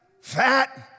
fat